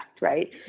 right